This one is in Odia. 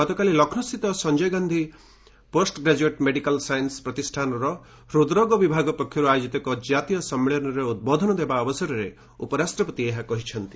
ଗତକାଲି ଲକ୍ଷ୍ନୌସ୍ଥିତ Sanjay Gandhi post graduate medical science ପ୍ରତିଷ୍ଠାନର ହୃଦ୍ରୋଗ ବିଭାଗ ପକ୍ଷରୁ ଆୟୋଜିତ ଏକ ଜାତୀୟ ସମ୍ମିଳନୀରେ ଉଦ୍ବୋଧନ ଦେବା ଅବସରରେ ଉପରାଷ୍ଟ୍ରପତି ଏହା କହିଛନ୍ତି